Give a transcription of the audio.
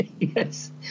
yes